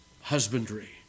husbandry